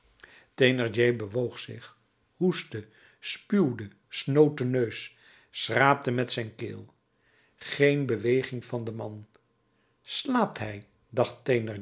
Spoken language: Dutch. thénardier bewoog zich hoestte spuwde snoot den neus schraapte met zijn keel geen beweging van den man slaapt hij dacht